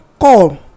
call